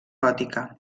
gòtica